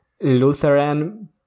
Lutheran